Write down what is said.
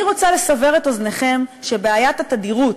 אני רוצה לסבר את אוזנכם שבעיית התדירות,